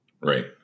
Right